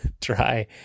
try